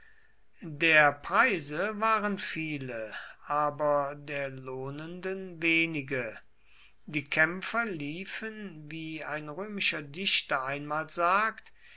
der preise waren viele aber der lohnenden wenige die kämpfer liefen wie ein römischer dichter einmal sagt